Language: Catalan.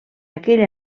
aquella